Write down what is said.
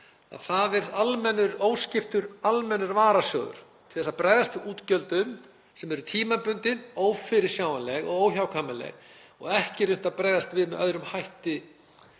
— þetta er óskiptur almennur varasjóður til að bregðast við útgjöldum sem eru tímabundin, ófyrirsjáanleg og óhjákvæmileg og ekki er unnt að bregðast við með öðrum hætti